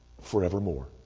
forevermore